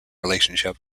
relationship